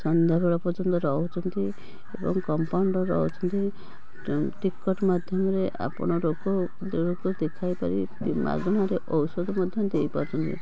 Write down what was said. ସନ୍ଧ୍ୟାବେଳ ପର୍ଯ୍ୟନ୍ତ ରହୁଛନ୍ତି ଏବଂ କମ୍ପାଉଣ୍ଡର୍ ରହୁଛନ୍ତି ଟିକେଟ୍ ମାଧ୍ୟମରେ ଆପଣ ରୋଗ ରୋଗ ଦେଖାଇ ପାରିବେ ମାଗଣାରେ ଔଷଧ ମଧ୍ୟ ଦେଇପାରୁଛନ୍ତି